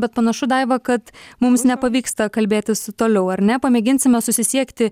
bet panašu daiva kad mums nepavyksta kalbėtis toliau ar ne pamėginsime susisiekti